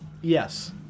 Yes